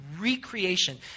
recreation